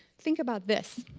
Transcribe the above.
think about this.